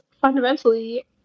fundamentally